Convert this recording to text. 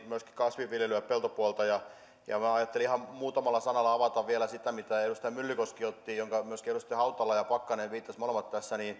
myöskin kasvinviljelyä peltopuolta minä ajattelin ihan muutamalla sanalla avata vielä sitä mitä edustaja myllykoski otti esiin mihin myöskin edustajat hautala ja pakkanen molemmat viittasivat tässä